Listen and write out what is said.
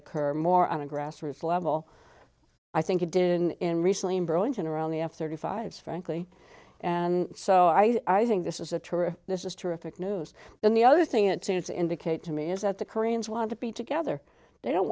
occur more on a grassroots level i think it did in recently in burlington or on the f thirty five frankly and so i think this is a terrific this is terrific news and the other thing it seems to indicate to me is that the koreans want to be together they don't